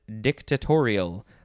dictatorial